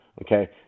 okay